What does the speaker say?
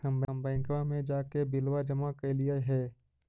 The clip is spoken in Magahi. हम बैंकवा मे जाके बिलवा जमा कैलिऐ हे?